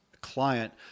client